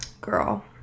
girl